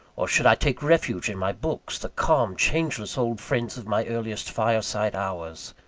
or should i take refuge in my books the calm, changeless old friends of my earliest fireside hours?